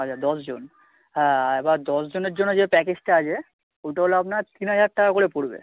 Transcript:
আচ্ছা দশজন হ্যাঁ এবার দশজনের জন্য যে প্যাকেজটা আছে ওটা হলো আপনার তিন হাজার টাকা করে পড়বে